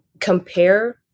compare